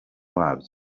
wabyo